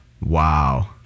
Wow